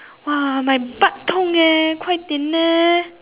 !wah! my butt 痛 leh 快点 leh